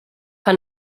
que